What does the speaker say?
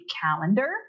calendar